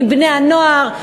עם בני-הנוער,